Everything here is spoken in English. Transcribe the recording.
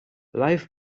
life